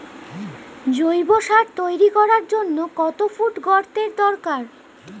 জৈব সার তৈরি করার জন্য কত ফুট গর্তের দরকার?